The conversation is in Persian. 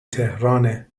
تهرانه